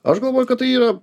aš galvoju kad tai yra